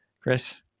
Chris